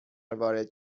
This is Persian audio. وارد